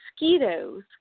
mosquitoes